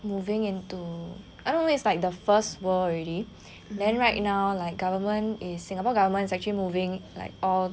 moving into I don't know it's like the first world already then right now like government is singapore government is actually moving like all